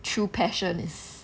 true passion is